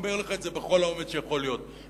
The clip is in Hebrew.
אומר לך את זה בכל האומץ שיכול להיות.